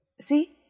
See